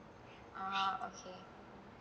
ah okay